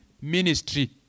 ministry